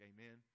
Amen